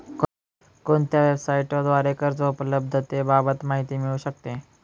कोणत्या वेबसाईटद्वारे कर्ज उपलब्धतेबाबत माहिती मिळू शकते?